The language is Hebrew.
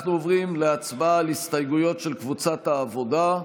אנחנו עוברים להצבעה על ההסתייגויות של קבוצת העבודה.